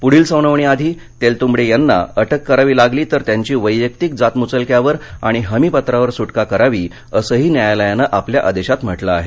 पुढील सुनावणीआधी तेलतुंबडे यांना अटक करावी लागली तर त्यांची वैयक्तिक जातमुचलक्यावर आणि हमीपत्रावर सुटका करावी असंही न्यायालयानं आपल्या आदेशात म्हटलं आहे